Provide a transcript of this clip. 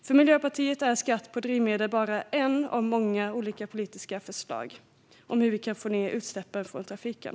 För Miljöpartiet är skatt på drivmedel bara ett av många olika politiska förslag om hur vi kan få ned utsläppen från trafiken.